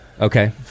Okay